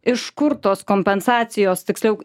iš kur tos kompensacijos tiksliau